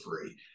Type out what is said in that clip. free